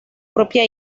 propia